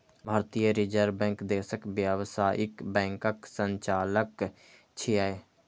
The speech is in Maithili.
भारतीय रिजर्व बैंक देशक व्यावसायिक बैंकक संचालक छियै